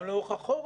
גם לאורך החורף,